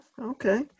okay